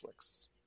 Netflix